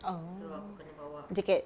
ah jacket